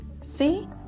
See